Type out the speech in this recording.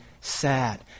sad